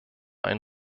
ein